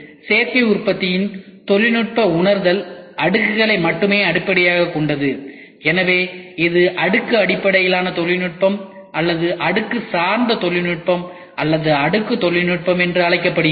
சேர்க்கை உற்பத்தியின் தொழில்நுட்ப உணர்தல் அடுக்குகளை மட்டுமே அடிப்படையாகக் கொண்டது எனவே இது அடுக்கு அடிப்படையிலான தொழில்நுட்பம் அல்லது அடுக்கு சார்ந்த தொழில்நுட்பம் அல்லது அடுக்கு தொழில்நுட்பம் என்று அழைக்கப்படுகிறது